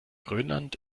grönland